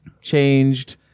changed